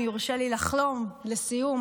אם יורשה לי לחלום לסיום,